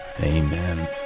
Amen